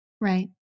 Right